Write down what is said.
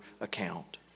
account